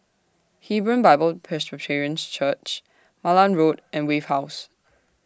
Hebron Bible Presbyterian Church Malan Road and Wave House